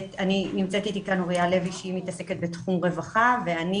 נמצאת איתי כאן אוריה לוי שמתעסקת בתחום רווחה ואני